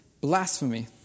blasphemy